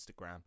Instagram